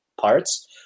parts